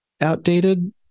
outdated